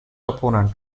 opponent